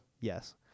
Yes